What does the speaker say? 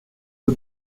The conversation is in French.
peu